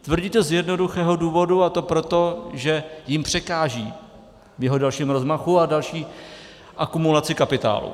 Tvrdí to z jednoduchého důvodu, a to proto, že jim překáží v jeho dalším rozmachu a další akumulaci kapitálu.